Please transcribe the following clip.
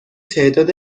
تعداد